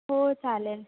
हो चालेल